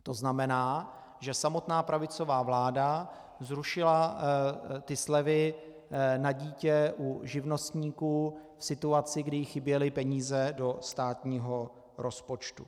To znamená, že samotná pravicová vláda zrušila ty slevy na dítě u živnostníků v situaci, kdy jí chyběly peníze do státního rozpočtu.